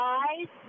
eyes